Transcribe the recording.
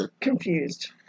confused